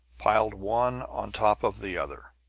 piled one on top of the other,